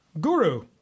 guru